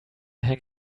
hang